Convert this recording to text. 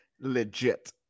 legit